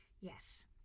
Yes